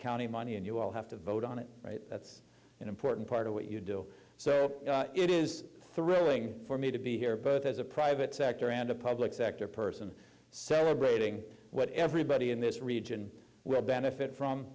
county money and you all have to vote on it right that's an important part of what you do so it is thrilling for me to be here but as a private sector and a public sector person celebrating what everybody in this region will benefit from